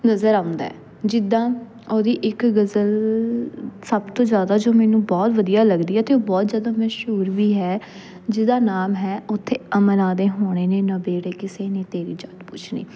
ਨਜ਼ਰ ਆਉਂਦਾ ਜਿੱਦਾਂ ਉਹਦੀ ਇੱਕ ਗਜ਼ਲ ਸਭ ਤੋਂ ਜ਼ਿਆਦਾ ਜੋ ਮੈਨੂੰ ਬਹੁਤ ਵਧੀਆ ਲੱਗਦੀ ਅਤੇ ਉਹ ਬਹੁਤ ਜ਼ਿਆਦਾ ਮਸ਼ਹੂਰ ਵੀ ਹੈ ਜਿਹਦਾ ਨਾਮ ਹੈ ਉੱਥੇ ਅਮਲਾ ਦੇ ਹੋਣੇ ਨੇ ਨਬੇੜੇ ਕਿਸੇ ਨੇ ਤੇਰੀ ਜਾਤ ਪੁੱਛਣੀ